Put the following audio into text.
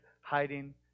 hiding